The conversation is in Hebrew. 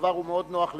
שהדבר מאוד נוח לממשלה,